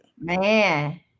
Man